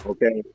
Okay